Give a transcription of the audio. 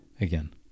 again